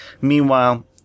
Meanwhile